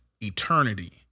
eternity